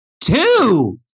Two